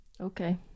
Okay